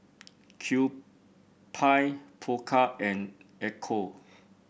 Pewpie Pokka and Ecco